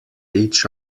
each